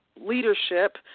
leadership